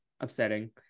upsetting